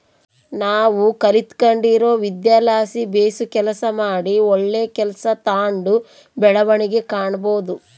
ನಾವು ಕಲಿತ್ಗಂಡಿರೊ ವಿದ್ಯೆಲಾಸಿ ಬೇಸು ಕೆಲಸ ಮಾಡಿ ಒಳ್ಳೆ ಕೆಲ್ಸ ತಾಂಡು ಬೆಳವಣಿಗೆ ಕಾಣಬೋದು